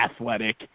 athletic